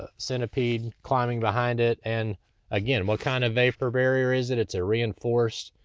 ah centipede climbing behind it. and again, what kind of vapor barrier is it? it's a reinforced.